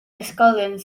ysgolion